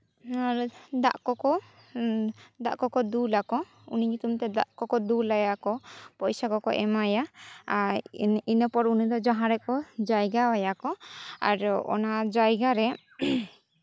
ᱫᱟᱜ ᱠᱚᱠᱚ ᱫᱟᱜ ᱠᱚᱠᱚ ᱫᱩᱞᱟ ᱠᱚ ᱩᱱᱤ ᱧᱩᱛᱩᱢ ᱛᱮ ᱫᱟᱜ ᱠᱚᱠᱚ ᱫᱩᱞ ᱟᱭᱟ ᱠᱚ ᱯᱚᱭᱥᱟ ᱠᱚᱠᱚ ᱮᱢᱟᱭᱟ ᱟᱨ ᱤᱱᱟᱹᱯᱚᱨ ᱩᱱᱤ ᱫᱚ ᱡᱟᱦᱟᱸ ᱨᱮᱠᱚ ᱡᱟᱭᱜᱟ ᱟᱭᱟ ᱠᱚ ᱟᱨ ᱚᱱᱟ ᱡᱟᱭᱜᱟ ᱨᱮ